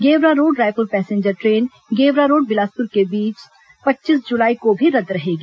Gevra Road Raipur passenger train Gevra Road Bilaspur के बीच पच्चीस जुलाई को भी रद्द रहेगी